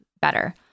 better